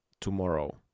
tomorrow